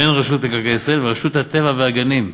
בין רשות מקרקעי ישראל ורשות הטבע והגנים.